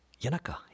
Yanaka